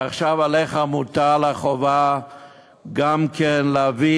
ועכשיו עליך מוטלת החובה גם להביא